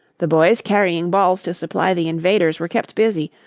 the boys carrying balls to supply the invaders were kept busy,